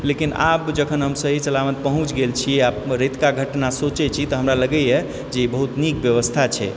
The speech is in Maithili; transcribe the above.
लेकिन आब जखन हम सही सलामत पहुँच गेल छी आओर रातिके घटना सोचै छी तऽ हमरा लागैए जे ई बहुत नीक व्यवस्था छै